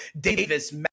davis